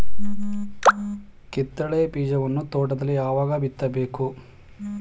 ಕಿತ್ತಳೆ ಬೀಜವನ್ನು ತೋಟದಲ್ಲಿ ಯಾವಾಗ ಬಿತ್ತಬೇಕು?